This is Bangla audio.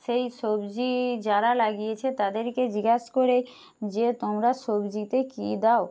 সেই সবজি যারা লাগিয়েছে তাদেরকে জিজ্ঞেস করে যে তোমরা সবজিতে কী দাও